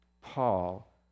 Paul